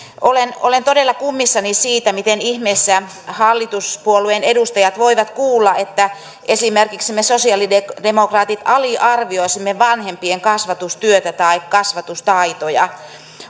olen olen todella kummissani siitä miten ihmeessä hallituspuolueiden edustajat voivat kuulla että esimerkiksi me sosialidemokraatit aliarvioisimme vanhempien kasvatustyötä tai kasvatustaitoja